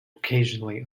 occasionally